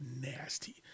nasty